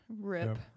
rip